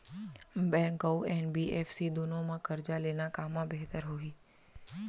Bank अऊ NBFC दूनो मा करजा लेना कामा बेहतर होही?